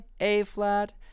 A-flat